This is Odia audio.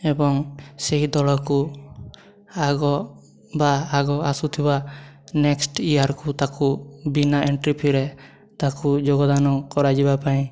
ଏବଂ ସେହି ଦଳକୁ ଆଗ ବା ଆଗ ଆସୁଥିବା ନେକ୍ସଟ୍ ଇଅର୍କୁ ତାକୁ ବିନା ଏଣ୍ଟ୍ରି ଫିରେ ତାକୁ ଯୋଗଦାନ କରାଯିବାପାଇଁ